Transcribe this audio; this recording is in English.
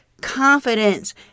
confidence